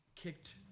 kicked